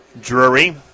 Drury